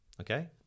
okay